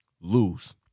lose